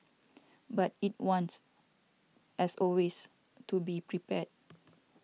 but it wants as always to be prepared